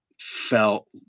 felt